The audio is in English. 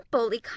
simple